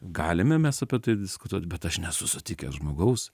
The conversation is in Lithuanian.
galime mes apie tai diskutuot bet aš nesu sutikęs žmogaus